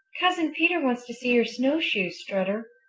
cousin peter wants to see your snowshoes, strutter,